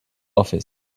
office